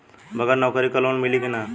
बगर नौकरी क लोन मिली कि ना?